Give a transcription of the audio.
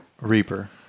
Reaper